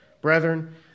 Brethren